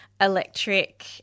electric